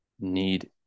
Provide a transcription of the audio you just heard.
need